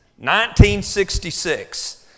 1966